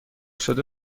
شده